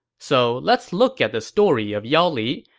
so, let's look at the story of yao li,